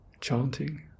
Chanting